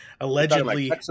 allegedly